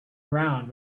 around